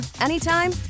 anytime